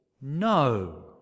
no